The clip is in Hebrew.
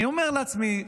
אני אומר לעצמי: